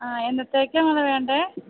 ആ എന്നത്തേക്കാണ് മോളെ വേണ്ടത്